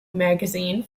magazine